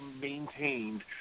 maintained